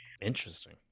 Interesting